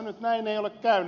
nyt näin ei ole käynyt